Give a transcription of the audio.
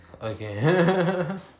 again